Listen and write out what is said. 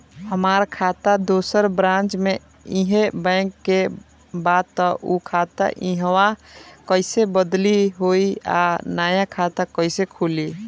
हमार खाता दोसर ब्रांच में इहे बैंक के बा त उ खाता इहवा कइसे बदली होई आ नया खाता कइसे खुली?